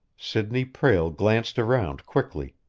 sidney prale glanced around quickly.